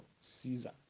Caesar